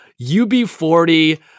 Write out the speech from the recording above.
UB40